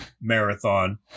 marathon